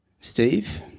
Steve